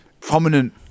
prominent